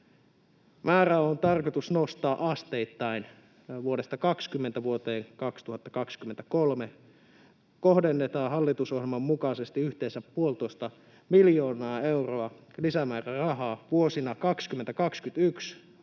Määrää on tarkoitus nostaa asteittain. Vuodesta 2020 vuoteen 2023 kohdennetaan hallitusohjelman mukaisesti yhteensä 1,5 miljoonaa euroa lisämäärärahaa. Vuosina 20—21